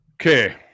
Okay